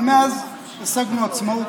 אבל מאז השגנו עצמאות,